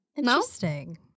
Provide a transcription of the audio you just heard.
Interesting